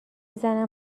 زنم